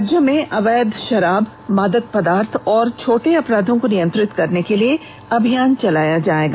राज्य में अवैध शराब मादक पदार्थ और छोटे अपराधों को नियंत्रित करने के लिए अभियान चलाया जाएगा